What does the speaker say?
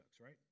right